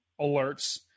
alerts